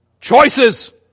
Choices